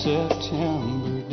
September